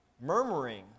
murmuring